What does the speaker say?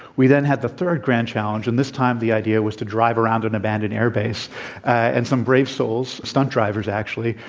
we then had the third grand challenge and this time the idea was to drive around an abandoned air base and some brave souls, some stunt drivers actually,